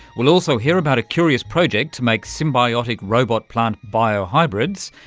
we'll also hear about a curious project to make symbiotic robot-plant bio-hybrids,